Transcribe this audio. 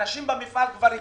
אנשים במפעל כבר התמוטטו.